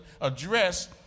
address